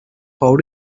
how